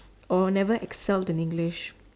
or never excelled in English